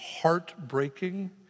heartbreaking